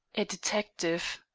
a detective!